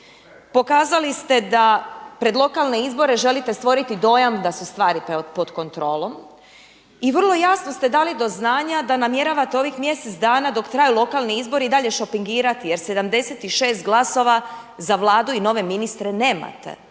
Pokazali ste da pred lokalne izbore želite stvoriti dojam da su stvari pod kontrolom i vrlo jasno ste dali do znanja da namjeravate ovih mjesec dana dok traju lokalni izbori i dalje šopingirati jer 76 glasova za Vladu i nove ministre nemate,